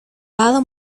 lado